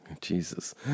Jesus